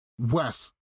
Wes